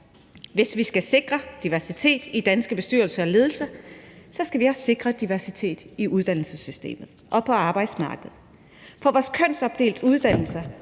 Hvis vi skal sikre diversitet i danske bestyrelser og ledelser, skal vi også sikre diversitet i uddannelsessystemet og på arbejdsmarkedet, for vores kønsopdelte uddannelser